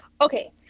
Okay